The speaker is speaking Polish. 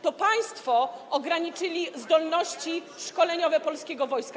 To państwo ograniczyli zdolności szkoleniowe polskiego wojska.